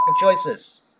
choices